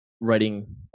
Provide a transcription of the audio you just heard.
writing